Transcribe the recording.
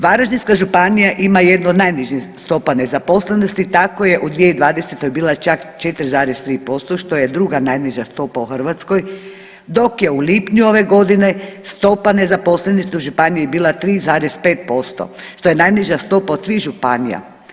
Varaždinska županija ima jednu od najnižih stopa nezaposlenosti, tako je u 2020. bila čak 4,3%, što je druga najniža stopa u Hrvatskoj, dok je u lipnju ove godine stopa nezaposlenosti u županiji bila 3,5%, što je najniža stopa od svih županija.